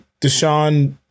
Deshaun